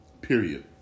period